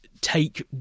take